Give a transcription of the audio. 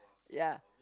ya